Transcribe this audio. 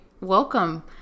Welcome